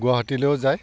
গুৱাহাটীলৈয়ো যায়